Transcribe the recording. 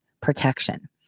protection